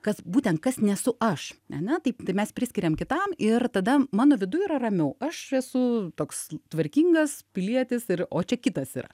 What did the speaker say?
kas būtent kas nesu aš ane taip tai mes priskiriam kitam ir tada mano viduj yra ramiau aš esu toks tvarkingas pilietis ir o čia kitas yra